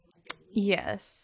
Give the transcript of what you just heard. Yes